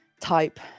type